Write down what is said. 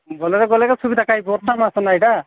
ବୋଲରରେ ଗଲେ ସୁବିଧା କାଇଁ ବର୍ଷା ମାସ ନା ଏଇଟା